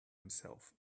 himself